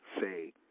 say